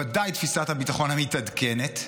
ודאי תפיסת הביטחון המתעדכנת,